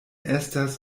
estas